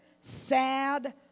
sad